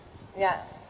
ya